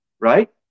right